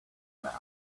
mass